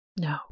No